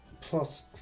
plus